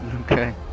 Okay